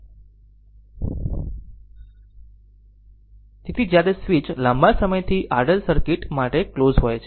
તેથી જ્યારે સ્વીચ લાંબા સમયથી RL સર્કિટ માટે ક્લોઝ હોય છે